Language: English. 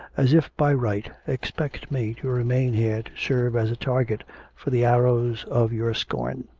as if by right, expect me to remain here to serve as a target for the arrows of your scorn